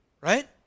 Right